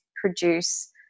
produce